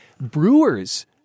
Brewers